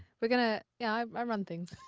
we're gonna yeah, i run things.